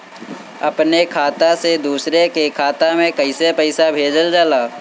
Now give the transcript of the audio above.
अपने खाता से दूसरे के खाता में कईसे पैसा भेजल जाला?